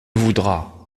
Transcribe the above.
voudras